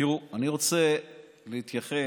תראו, אני רוצה להתייחס